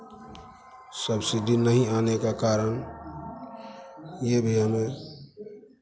subsidy नहीं आने का कारण ये भी हमें